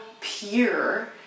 pure